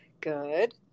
good